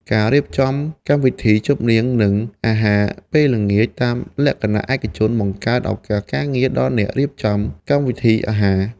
ការរៀបចំកម្មវិធីជប់លៀងនិងអាហារពេលល្ងាចតាមលក្ខណៈឯកជនបង្កើតឱកាសការងារដល់អ្នករៀបចំកម្មវិធីអាហារ។